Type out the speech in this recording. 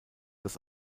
das